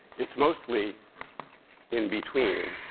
it's mostly in between.